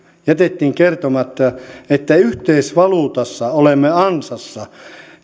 jätettiin kertomatta että yhteisvaluutassa olemme ansassa